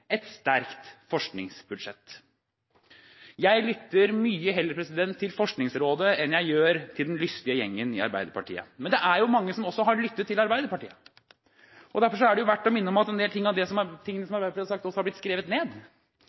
Et sterkt forskningsbudsjett. Jeg lytter mye heller til Forskningsrådet enn jeg gjør til den lystige gjengen i Arbeiderpartiet. Men det er jo mange som også har lyttet til Arbeiderpartiet. Derfor er det verdt å minne om at en del ting som Arbeiderpartiet har sagt, også har blitt skrevet ned